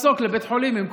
מסוק לבית חולים,